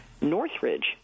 Northridge